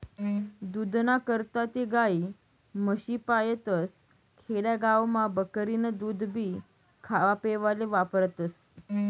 दूधना करता ते गायी, म्हशी पायतस, खेडा गावमा बकरीनं दूधभी खावापेवाले वापरतस